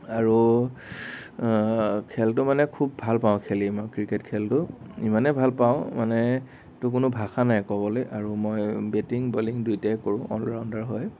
আৰু খেলতো মানে খুব ভাল পাওঁ খেলি মই ক্ৰিকেট খেলতো ইমানে ভাল পাওঁ মানে তো কোনো ভাষা নাই ক'বলে আৰু মই বেটিং বলিং দুইটাই কৰোঁ অল ৰাউণ্ডাৰ হয়